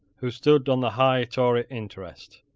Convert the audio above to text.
who stood on the high tory interest.